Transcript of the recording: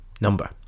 number